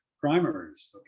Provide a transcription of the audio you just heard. primaries